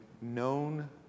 known